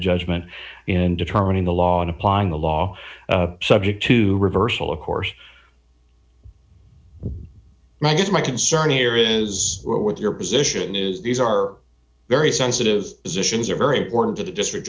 judgment in determining the law and applying the law subject to reversal of course and i guess my concern here is what your position is these are very sensitive positions are very important to the district